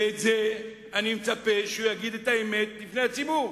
ואני מצפה שהוא יגיד את האמת בפני הציבור.